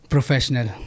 Professional